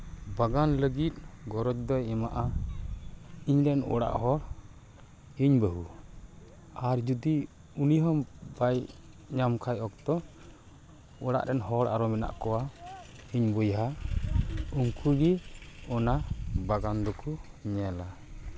ᱵᱟᱜᱟᱱ ᱞᱟᱹᱜᱤᱫ ᱜᱚᱨᱚᱡᱽ ᱫᱚᱭ ᱮᱢᱟᱜᱼᱟ ᱤᱧ ᱨᱮᱱ ᱚᱲᱟᱜ ᱦᱚᱲ ᱤᱧ ᱵᱟᱹᱦᱩ ᱟᱨ ᱡᱩᱫᱤ ᱩᱱᱤ ᱦᱚᱸ ᱵᱟᱭ ᱧᱟᱢ ᱠᱷᱟᱱ ᱚᱠᱛᱚ ᱚᱲᱟᱜ ᱨᱮᱱ ᱦᱚᱲ ᱟᱨᱚ ᱢᱮᱱᱟᱜ ᱠᱚᱣᱟ ᱤᱧ ᱵᱚᱭᱦᱟ ᱩᱱᱠᱩ ᱜᱮ ᱚᱱᱟ ᱵᱟᱜᱟᱱ ᱫᱚᱠᱚ ᱧᱮᱞᱟ